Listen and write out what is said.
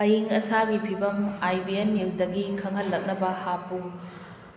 ꯑꯏꯡ ꯑꯁꯥꯒꯤ ꯐꯤꯕꯝ ꯑꯥꯏ ꯕꯤ ꯑꯦꯟ ꯅ꯭ꯌꯨꯁꯗꯒꯤ ꯈꯪꯍꯜꯂꯛꯅꯕ ꯍꯥꯞꯄꯨ